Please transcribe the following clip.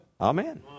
Amen